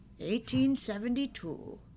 1872